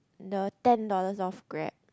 the ten dollars off Grab